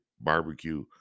Barbecue